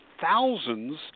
thousands